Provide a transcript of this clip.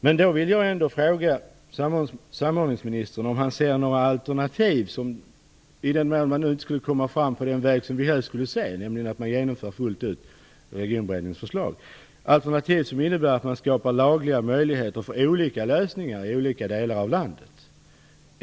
Men jag vill ändå fråga samordningsministern om han - i den mån man inte skulle kunna komma fram på den väg som vi nu kan se, nämligen att genomföra Regionberedningens förslag fullt ut - ser några alternativ som innebär att man skapar lagliga möjligheter till olika lösningar i olika delar av landet.